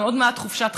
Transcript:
עוד מעט חופשת